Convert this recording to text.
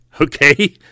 okay